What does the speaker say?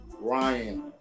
Ryan